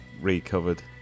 recovered